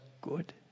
good